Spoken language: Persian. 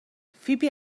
فیبی